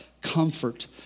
comfort